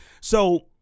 So-